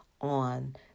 on